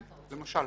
כן, למשל.